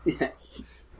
Yes